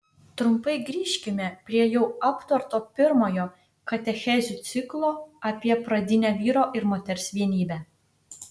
trumpai grįžkime prie jau aptarto pirmojo katechezių ciklo apie pradinę vyro ir moters vienybę